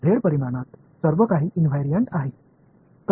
Z பரிமாணத்தில் எல்லாம் மாறாதது